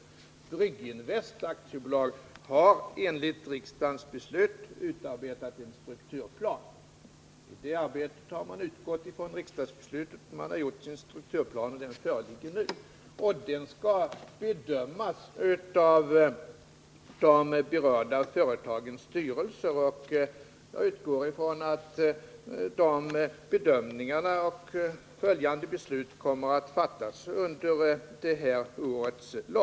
Brygginvest AB har vid utarbetandet av den strukturplan som nu föreligger handlat i enlighet med riksdagens beslut, och den strukturplanen skall nu bedömas av de berörda företagens styrelser. Jag utgår från att dessa bedömningar och de därpå följande besluten kommer att fattas under loppet av innevarande år.